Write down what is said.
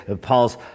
Paul's